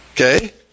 Okay